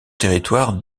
territoire